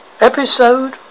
Episode